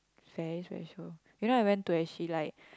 very special you know I went to actually like